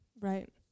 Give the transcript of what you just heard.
Right